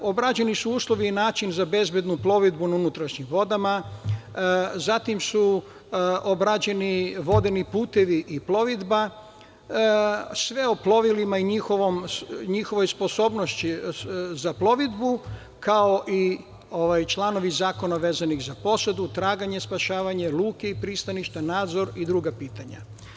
Obrađeni su uslovi i način za bezbednu plovidbu na unutrašnjim vodama, zatim su obrađeni vodeni putevi i plovidba, sve o plovilima i njihovoj sposobnosti za plovidbu, kao i članovi zakona za posadu, traganje, spašavanje, luke i pristaništa, nadzor i druga pitanja.